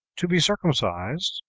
to be circumcised,